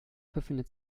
befindet